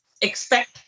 expect